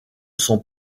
son